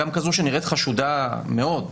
גם כזאת שנראית חשודה מאוד,